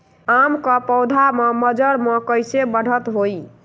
आम क पौधा म मजर म कैसे बढ़त होई?